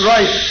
Right